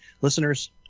Listeners